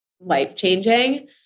life-changing